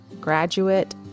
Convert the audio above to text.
graduate